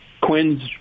Quinn's